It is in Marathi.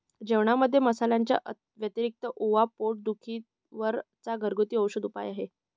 जेवणामध्ये मसाल्यांच्या व्यतिरिक्त ओवा पोट दुखी वर चा घरगुती औषधी उपाय आहे